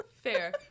Fair